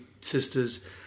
sisters